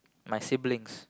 my siblings